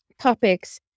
topics